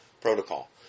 protocol